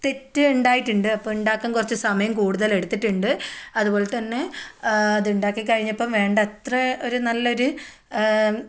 തെറ്റ് ഉണ്ടായിട്ടുണ്ട് അപ്പോൾ ഉണ്ടാക്കാൻ കുറച്ച് സമയം കൂടുതൽ എടുത്തിട്ടുണ്ട് അതുപോലെ തന്നെ അത് ഉണ്ടാക്കി കഴിഞ്ഞപ്പോൾ വേണ്ടത്ര ഒരു നല്ലൊരു